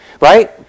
Right